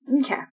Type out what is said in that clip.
Okay